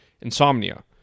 insomnia